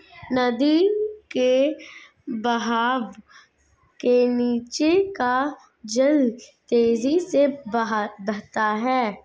नदी के बहाव के नीचे का जल तेजी से बहता है